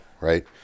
right